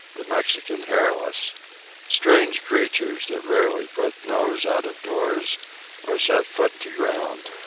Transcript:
the mexican hairless strange creatures that rarely put nose out of doors or set foot to ground.